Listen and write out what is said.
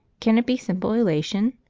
can it be simple elation?